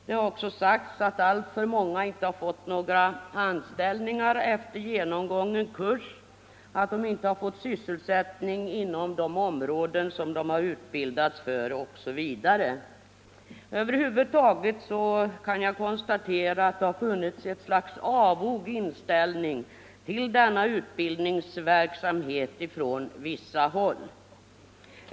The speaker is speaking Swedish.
Det har också sagts att alltför många inte fått någon anställning efter genomgången kurs, att de inte fått sysselsättning inom de områden som de utbildats för osv. Över huvud taget har det funnits ett slags avog inställning till denna utbildningsverksamhet från vissa håll.